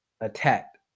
attacked